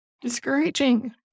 discouraging